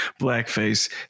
Blackface